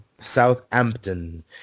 Southampton